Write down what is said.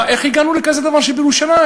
איך הגענו לכזה דבר בירושלים?